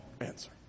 answer